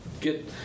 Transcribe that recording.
get